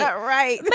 yeah right.